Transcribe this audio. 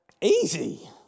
Easy